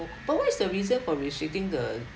but what is the reason for restricting the